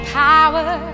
power